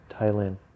Thailand